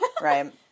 right